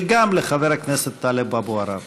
וגם לחבר הכנסת טלב אבו עראר.